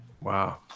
wow